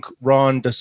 Ron